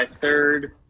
third